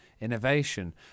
innovation